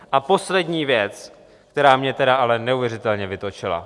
A poslední věc, která mě tedy ale neuvěřitelně vytočila.